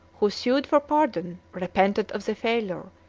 who sued for pardon, repented of the failure,